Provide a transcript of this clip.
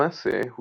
למעשה,